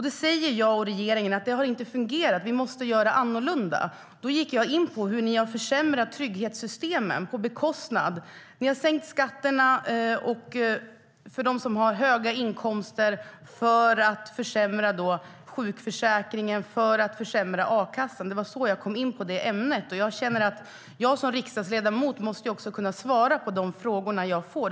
Det har inte fungerat, säger jag och regeringen. Vi måste göra annorlunda. Då gick jag in på hur ni har försämrat trygghetssystemen genom att sänka skatterna för dem som har höga inkomster för att försämra sjukförsäkringen och a-kassan. Det var så jag kom in på det ämnet. Jag som riksdagsledamot måste kunna svara på de frågor som jag får.